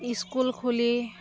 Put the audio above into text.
school খুলি